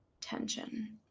tension